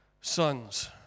sons